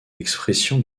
l’expression